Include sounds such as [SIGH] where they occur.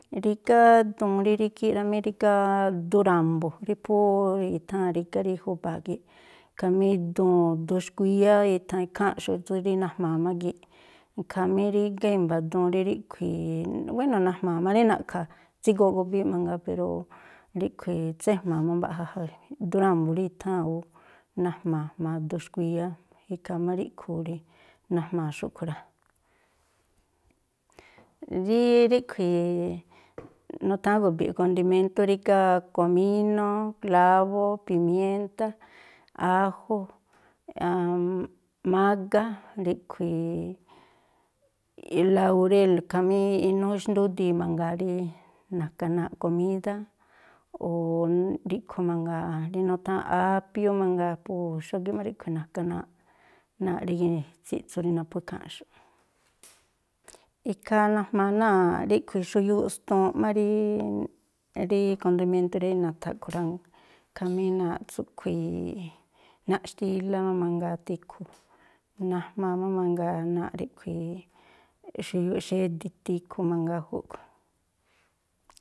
Rígá duun rí rígíꞌ rá mí, rígá duun ra̱mbu̱ rí phú i̱tháa̱n rígá rí júba̱a gii̱ꞌ, khamí duun, duun xkuíyá i̱tha̱an ikháa̱nꞌxu̱ꞌ rí najma̱a̱ má gii̱ꞌ. Khamí rígá i̱mba̱ duun rí ríꞌkhui̱ buéno̱ najma̱a̱ má rí na̱ꞌkha̱ tsígooꞌ gubííꞌ mangaa pero ríꞌkhui̱, tséjma̱a̱ má mbaꞌja ja rá. Duun ra̱mbu̱ rí i̱tháa̱n ú najma̱a̱ jma̱a duun xkuíyá, ikhaa má ríꞌkhui̱ ú rí najma̱a̱ xúꞌkhui̱ rá. Rí ríꞌkhui̱ nutháán gu̱bi̱ꞌ, kondiméntú, rígá komínó, klávó, pimiéntá, ájó, [HESITATION] mágá, ríꞌkhui̱ laurél khamí inúú xndúdii mangaa rí na̱ka̱ náa̱ꞌ komídá, o̱ ríꞌkhui̱ mangaa rí nutháa̱n ápió mangaa. Po xógíꞌ má ríꞌkhui̱ na̱ka̱ náa̱ꞌ náa̱ꞌ rí gitsiꞌtsu rí naphú ikháa̱nꞌxu̱ꞌ. Ikhaa najmaa náa̱ꞌ ríꞌkhui̱ xuyuuꞌ stuunꞌ má rí rí kondiméntú rí na̱tha̱ a̱ꞌkhui̱ rá. Khamí náa̱ꞌ tsúꞌkhui̱, náa̱ꞌ xtílá má mangaa, tikhu, najmaa má mangaa náa̱ꞌ ríꞌkhui̱ xuyuuꞌ xedi̱ tikhu mangaa júꞌkhui̱.